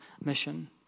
mission